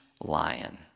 lion